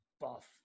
buff